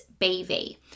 BV